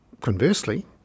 conversely